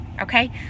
okay